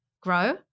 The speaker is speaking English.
grow